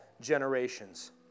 generations